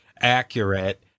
accurate